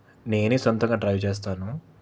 నేనే సొంతంగా డ్రైవ్ చేస్తాను